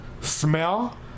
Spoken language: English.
smell